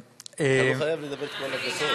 אתה לא חייב לדבר את כל הדקות.